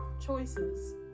choices